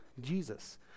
Jesus